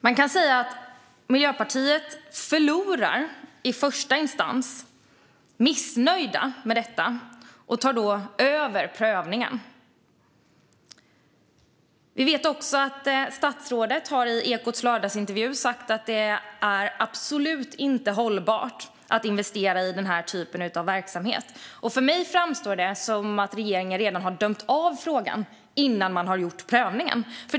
Man kan säga att Miljöpartiet förlorar i första instans, är missnöjda med detta och tar då över prövningen. Vi vet också att statsrådet i Ekots lördagsintervju har sagt att det absolut inte är hållbart att investera i den typen av verksamhet. För mig framstår det som att regeringen redan har dömt i frågan innan man har gjort prövningen.